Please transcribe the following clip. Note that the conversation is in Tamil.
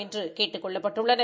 என்று கேட்டுக் கொள்ளப்பட்டுள்ளனர்